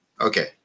Okay